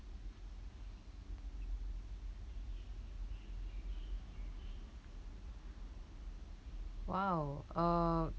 !wow! uh